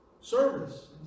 Service